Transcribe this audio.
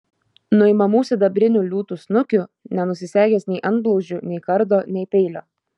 nuimamų sidabrinių liūtų snukių nenusisegęs nei antblauzdžių nei kardo nei peilio